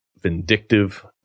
vindictive